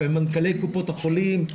עם מנכ"לי קופות החולים,